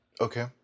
okay